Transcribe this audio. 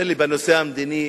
מילא, בנושא המדיני,